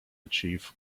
achieve